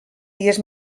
dies